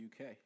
UK